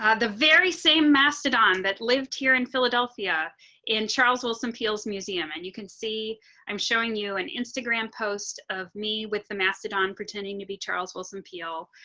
the very same mastodon that lived here in philadelphia in charles wilson peels museum and you can see i'm showing you an instagram post of me with the mastodon pretending to be charles wilson peel.